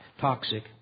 toxic